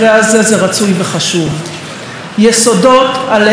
יסודות שעליהם בנויה המדינה, לא.